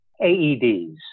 AEDs